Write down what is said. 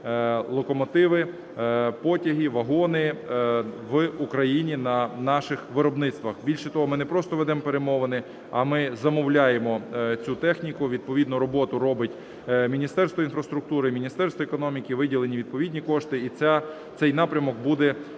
локомотиви, потяги, вагони в Україні на наших виробництвах. Більше того, ми не просто ведемо перемовини, а ми замовляємо цю техніку. Відповідну роботу робить Міністерство інфраструктури, Міністерство економіки; виділені відповідні кошти. І цей напрямок буде розвиватися.